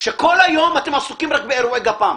שכל היום אתם עסוקים רק באירועי גפ"מ.